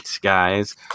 guys